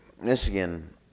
Michigan